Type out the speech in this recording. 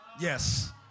yes